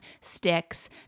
sticks